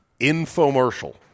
infomercial